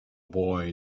boy